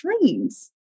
dreams